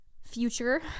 future